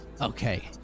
Okay